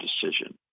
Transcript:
decision